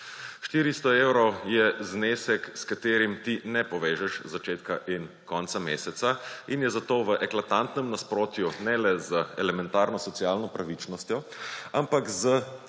400 evrov je znesek, s katerim ti ne povežeš začetka in konca meseca in je zato v eklatantnem nasprotju ne le z elementarno socialno pravičnostjo, ampak s